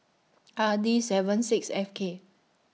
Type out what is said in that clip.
R D seven six F K